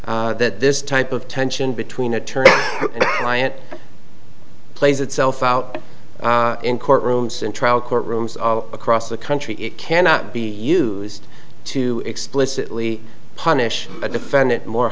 that this type of tension between attorney client plays itself out in courtrooms and trial courtrooms all across the country it cannot be used to explicitly punish a defendant more